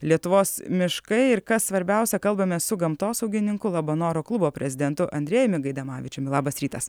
lietuvos miškai ir kas svarbiausia kalbamės su gamtosaugininku labanoro klubo prezidentu andrėjumi gaidamavičiumi labas rytas